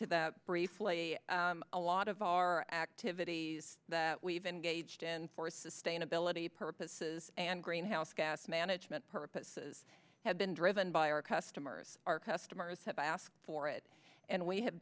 to that briefly a lot of our activities that we've engaged in for sustainability purposes and greenhouse gas management purposes have been driven by our customers our customers have asked for it and we have